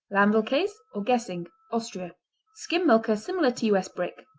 land-l-kas, or gussing austria skim-milker, similar to u s. brick.